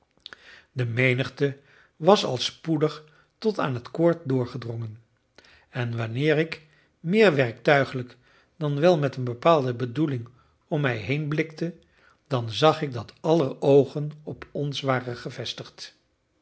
de menigte was al spoedig tot aan het koord doorgedrongen en wanneer ik meer werktuigelijk dan wel met een bepaalde bedoeling om mij heen blikte dan zag ik dat aller oogen op ons waren gevestigd